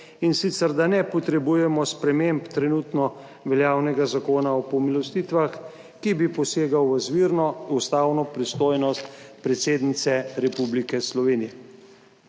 in sicer, da ne potrebujemo sprememb trenutno veljavnega Zakona o pomilostitvah, ki bi posegal v izvirno ustavno pristojnost predsednice Republike Slovenije.